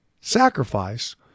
sacrifice